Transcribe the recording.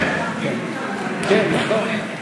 כן, נכון.